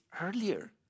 earlier